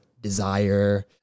desire